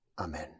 Amen